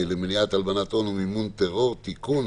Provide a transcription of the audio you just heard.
למניעת הלבנת הון ומימון טרור) (תיקון),